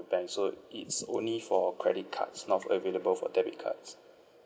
the bank so it's only for credit card not available for debit cards